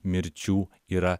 mirčių yra